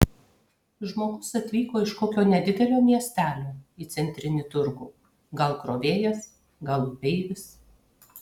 žmogus atvyko iš kokio nedidelio miestelio į centrinį turgų gal krovėjas gal upeivis